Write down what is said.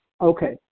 Okay